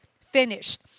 finished